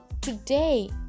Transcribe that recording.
today